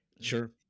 sure